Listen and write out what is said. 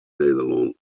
nederlân